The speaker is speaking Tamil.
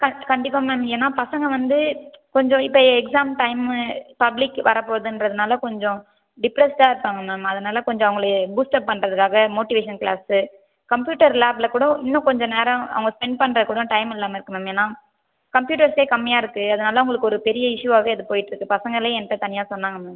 கண் கண்டிப்பாக மேம் ஏன்னால் பசங்கள் வந்து கொஞ்சம் இப்போ எக்ஸாம் டைமு பப்ளிக் வரப்போதுங்றதுனால கொஞ்சம் டிப்ரெஸ்டாக இருக்காங்க மேம் அதனால் கொஞ்சம் அவங்கள பூஸ்டர் பண்ணுறதுக்காக மோட்டிவேஷன் க்ளாஸு கம்ப்யூட்டர் லேப்பில் கூட இன்னும் கொஞ்ச நேரம் அவங்க ஸ்பெண்ட் பண்ணுறதுக்கு கூட டைம் இல்லாமல் இருக்குது மேம் ஏன்னால் கம்ப்யூட்டர்ஸே கம்மியாக இருக்குது அதனால் அவர்களுக்கு ஒரு பெரிய இஷ்யூவாகவே போய்கிட்ருக்கு பசங்களே என்கிட்ட தனியாக சொன்னாங்க மேம்